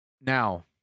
now